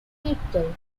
people